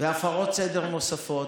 והפרות סדר נוספות,